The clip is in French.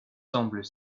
semblent